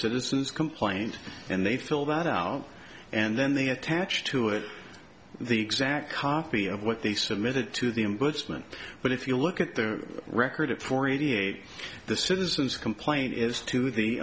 is complaint and they fill that out and then they attach to it the exact copy of what they submitted to the m bushman but if you look at their record it for eighty eight the citizens complaint is to the